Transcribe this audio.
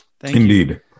Indeed